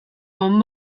bon